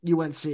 UNC